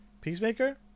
Peacemaker